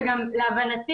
ולהבנתי,